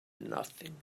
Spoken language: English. nothing